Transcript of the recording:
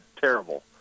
terrible